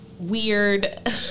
Weird